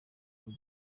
buri